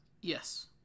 Yes